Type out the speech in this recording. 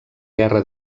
guerra